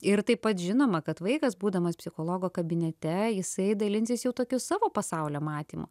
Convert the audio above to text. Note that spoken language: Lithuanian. ir taip pat žinoma kad vaikas būdamas psichologo kabinete jisai dalinsis jau tokiu savo pasaulio matymu